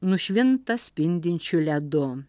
nušvinta spindinčiu ledu